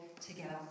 together